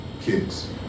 kids